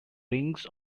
rings